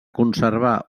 conservar